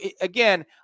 again